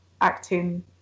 acting